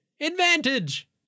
Advantage